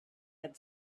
had